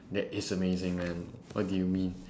that is amazing man what do you mean